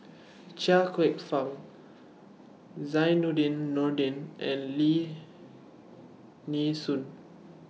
Chia Kwek Fah Zainudin Nordin and Lim Nee Soon